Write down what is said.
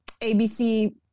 abc